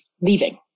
leaving